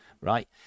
right